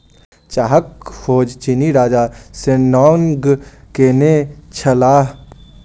चाहक खोज चीनी राजा शेन्नॉन्ग केने छलाह